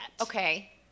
Okay